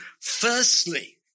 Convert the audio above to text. firstly